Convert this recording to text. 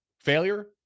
Failure